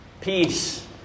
peace